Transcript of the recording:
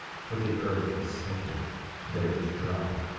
for the earth was smitten that it was dry,